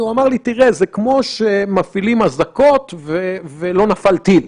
גם כך המצב לא קל.